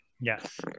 Yes